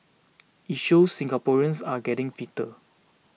it shows Singaporeans are getting fitter